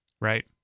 Right